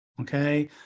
okay